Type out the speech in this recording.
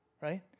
right